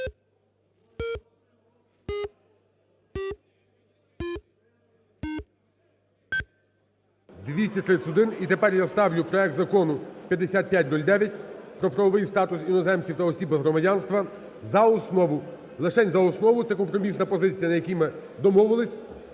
За-231 І тепер я ставлю проект Закону 5509 про правовий статус іноземців та осіб без громадянства за основу. Лишень за основу, це компромісна позиція, на якій ми домовились.